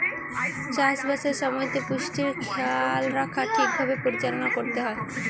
চাষ বাসের সময়তে পুষ্টির খেয়াল রাখা ঠিক ভাবে পরিচালনা করতে হয়